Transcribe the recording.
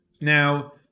Now